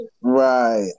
right